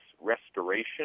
restoration